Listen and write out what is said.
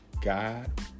God